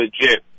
legit